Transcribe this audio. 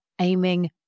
aiming